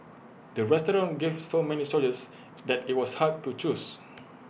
the restaurant gave so many choices that IT was hard to choose